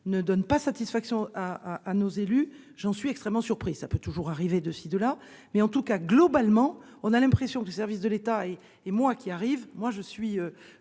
ne donne pas satisfaction à à à nos élus, j'en suis extrêmement surpris, ça peut toujours arriver de ci de là mais en tout cas, globalement on a l'impression que du service de l'État et et moi qui arrive, moi je suis